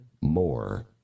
more